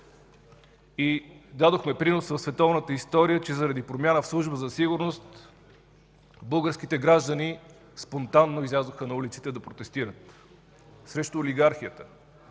и дадохме принос в световната история, че заради промяна в служба за сигурност българските граждани спонтанно излязоха на улиците да протестират срещу олигархията